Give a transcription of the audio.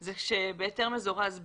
זה שבהיתר מזורז ב',